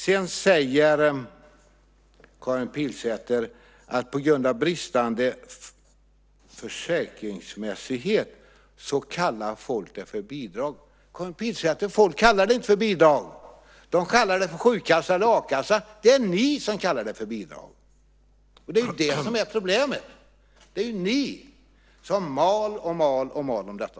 Sedan säger Karin Pilsäter att på grund av bristande försäkringsmässighet kallar folk ersättningarna för bidrag. Men, Karin Pilsäter, folk kallar dem inte för bidrag, utan folk kallar dem för sjukkassa eller a-kassa. Det är ni som kallar dem för bidrag. Det är det som är problemet. Det är ni som mal och mal om detta.